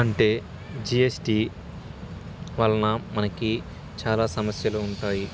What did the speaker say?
అంటే జిఎస్టి వలన మనకి చాలా సమస్యలు ఉంటాయి